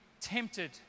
tempted